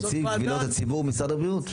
נציב קבילות הציבור, משרד הבריאות.